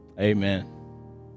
Amen